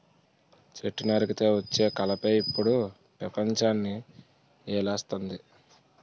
చెట్టు నరికితే వచ్చే కలపే ఇప్పుడు పెపంచాన్ని ఏలేస్తంది